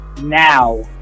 now